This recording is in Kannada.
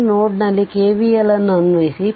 ಈ ನೋಡ್ ನಲ್ಲಿ KVL ಅನ್ನು ಅನ್ವಯಿಸಿ